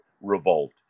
revolt